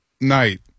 night